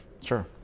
Sure